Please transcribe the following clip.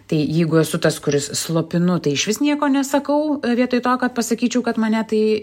tai jeigu esu tas kuris slopinu tai išvis nieko nesakau vietoj to kad pasakyčiau kad mane tai